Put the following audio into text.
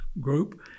group